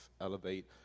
elevate